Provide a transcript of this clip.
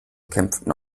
kämpften